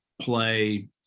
play